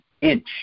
inch